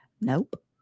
Nope